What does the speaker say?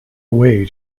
away